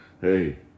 Hey